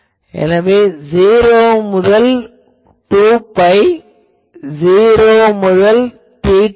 எனவே '0' முதல் 2 பை '0' முதல் θn